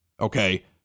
okay